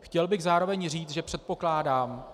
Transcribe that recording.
Chtěl bych zároveň říct, že předpokládám